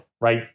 right